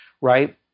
right